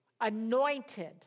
anointed